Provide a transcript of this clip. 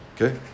Okay